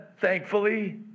thankfully